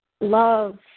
love